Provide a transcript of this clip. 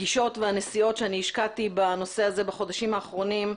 הפגישות והנסיעות שהשקעתי בנושא הזה בחודשים האחרונים,